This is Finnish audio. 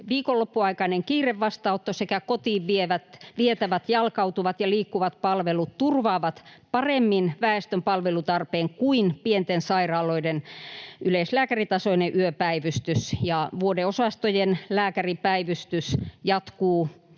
viikonloppuaikainen kiirevastaanotto sekä kotiin vietävät jalkautuvat ja liikkuvat palvelut turvaavat paremmin väestön palvelutarpeen kuin pienten sairaaloiden yleislääkäritasoinen yöpäivystys. Vuodeosastojen lääkäripäivystys jatkuu